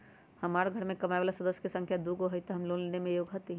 हमार घर मैं कमाए वाला सदस्य की संख्या दुगो हाई त हम लोन लेने में योग्य हती?